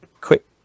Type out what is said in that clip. quick